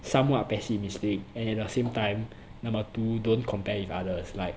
somewhat pessimistic and at same time number two don't compare with others like